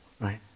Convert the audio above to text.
right